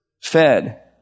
fed